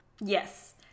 Yes